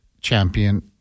champion